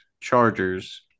Chargers